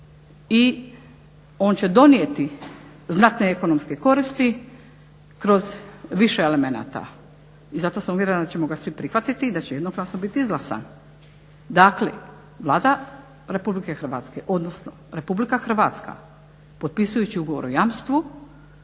I on će donijeti znatne ekonomske koristi kroz više elemenata. I zato sam uvjerena da ćemo ga svi prihvatiti i da će jednoglasno bit izglasan. Dakle, Vlada Republike Hrvatske, odnosno Republika Hrvatska potpisujući ugovor o jamstvu